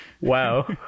Wow